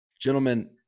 gentlemen